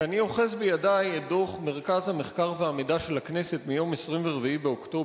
כי אני אוחז בידי את דוח מרכז המחקר והמידע של הכנסת מיום 24 באוקטובר,